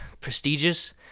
prestigious